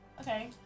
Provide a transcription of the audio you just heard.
Okay